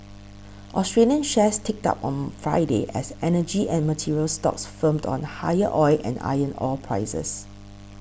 Australian shares ticked up on Friday as energy and materials stocks firmed on higher oil and iron ore prices